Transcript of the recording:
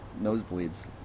nosebleeds